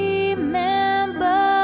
Remember